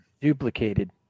duplicated